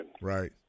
Right